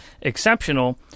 exceptional